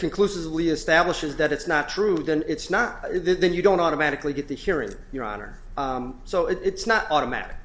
conclusively establishes that it's not true then it's not then you don't automatically get the hearing your honor so it's not automatic